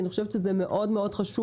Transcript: אני חושבת שזה מאוד חשוב,